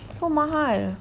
so mahal